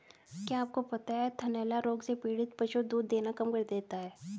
क्या आपको पता है थनैला रोग से पीड़ित पशु दूध देना कम कर देता है?